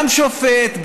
גם שופט,